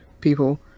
people